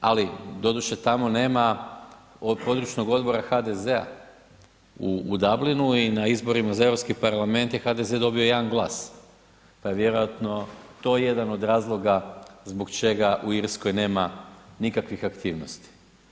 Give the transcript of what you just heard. Ali doduše tamo nema područnog odbora HDZ-a u Dublinu i na izborima za Europski parlament je HDZ dobio 1 glas, pa je vjerojatno to jedan od razloga zbog čega u Irskoj nema nikakvih aktivnosti.